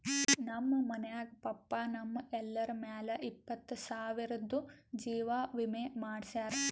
ನಮ್ ಮನ್ಯಾಗ ಪಪ್ಪಾ ನಮ್ ಎಲ್ಲರ ಮ್ಯಾಲ ಇಪ್ಪತ್ತು ಸಾವಿರ್ದು ಜೀವಾ ವಿಮೆ ಮಾಡ್ಸ್ಯಾರ